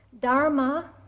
Dharma